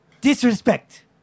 Disrespect